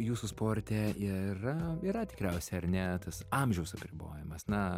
jūsų sporte yra yra tikriausia ar ne tas amžiaus apribojimas na